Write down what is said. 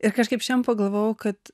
ir kažkaip šiandien pagalvojau kad